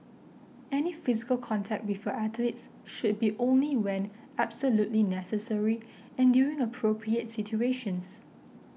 any physical contact with your athletes should be only when absolutely necessary and during appropriate situations